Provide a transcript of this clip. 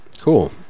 Cool